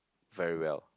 very well